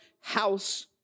house